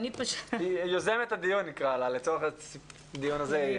לצורך הדיון הזה, נקרא